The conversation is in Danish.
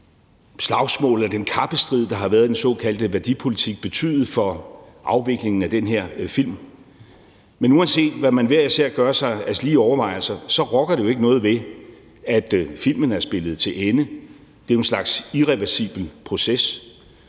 slagsmål og den kappestrid, der har været i den såkaldte værdipolitik, har betydet for afviklingen af den her film. Men uanset hvad man hver især gør sig af slige overvejelser, rokker det jo ikke noget ved, at filmen er spillet til ende. Det er en slags irreversibel proces.